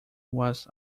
was